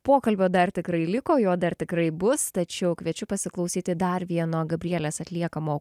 pokalbio dar tikrai liko jo dar tikrai bus tačiau kviečiu pasiklausyti dar vieno gabrielės atliekamo